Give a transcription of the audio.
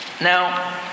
Now